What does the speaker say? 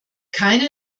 keinen